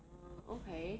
ah okay